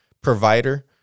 provider